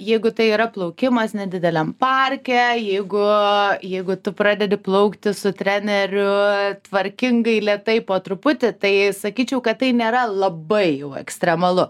jeigu tai yra plaukimas nedideliam parke jeigu jeigu tu pradedi plaukti su treneriu tvarkingai lėtai po truputį tai sakyčiau kad tai nėra labai jau ekstremalu